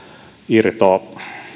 irtomiehen